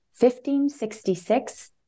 1566